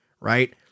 right